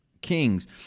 Kings